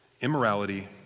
Immorality